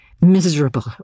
miserable